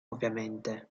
ovviamente